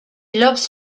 loves